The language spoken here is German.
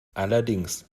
allerdings